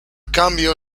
cambio